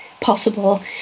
possible